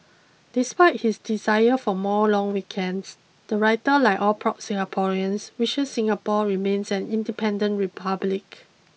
despite his desire for more long weekends the writer like all proud Singaporeans wishes Singapore remains an independent republic